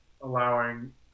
allowing